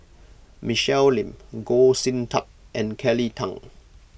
Michelle Lim Goh Sin Tub and Kelly Tang